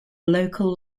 local